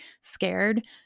scared